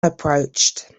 approached